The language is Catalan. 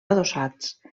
adossats